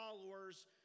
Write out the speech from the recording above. followers